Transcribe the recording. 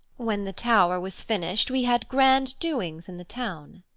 when the tower was finished, we had grand doings in the town.